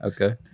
Okay